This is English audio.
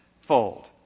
fold